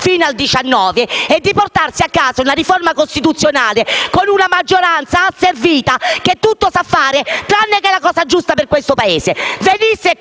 19 aprile - e portarsi a casa una riforma costituzionale con una maggioranza asservita, che tutto sa fare tranne che la cosa giusta per questo Paese.